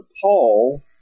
Paul